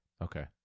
Okay